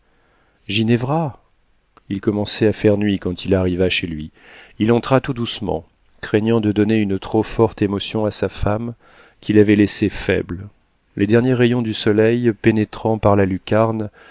ginevra il commençait à faire nuit quand il arriva chez lui il entra tout doucement craignant de donner une trop forte émotion à sa femme qu'il avait laissée faible les derniers rayons du soleil pénétrant par la lucarne